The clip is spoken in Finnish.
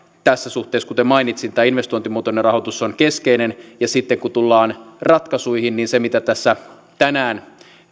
tässä suhteessa kuten mainitsin tämä investointimuotoinen rahoitus on keskeinen ja sitten kun tullaan ratkaisuihin se mitä tässä tänään